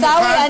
עיסאווי,